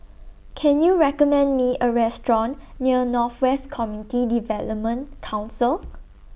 Can YOU recommend Me A Restaurant near North West Community Development Council